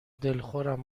دلخورم